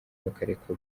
bakareka